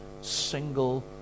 single